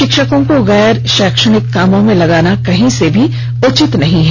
शिक्षकों को गैर शैक्षणिक कामों में लगाना कहीं से भी उचित नहीं है